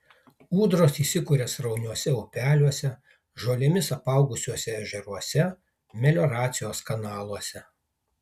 ūdros įsikuria srauniuose upeliuose žolėmis apaugusiuose ežeruose melioracijos kanaluose